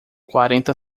quarenta